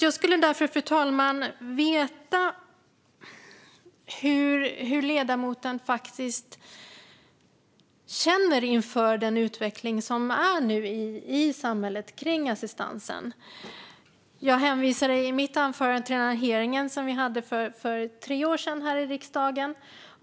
Jag vill därför, fru talman, få veta hur ledamoten känner inför den utveckling som pågår i samhället vad gäller assistansen. I mitt anförande hänvisade jag till den hearing som vi hade för tre år sedan här i riksdagen.